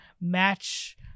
match